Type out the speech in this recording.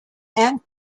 and